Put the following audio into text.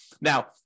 now